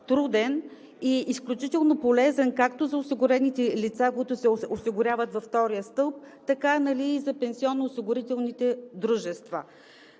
труден и изключително полезен, както за осигурените лица, които се осигуряват във втория стълб, така и за пенсионноосигурителните дружества.